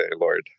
lord